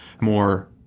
more